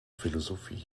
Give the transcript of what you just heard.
philosophie